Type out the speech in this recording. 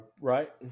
right